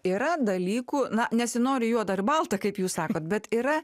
yra dalykų na nesinori juoda ar balta kaip jūs sakot bet yra